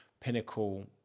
pinnacle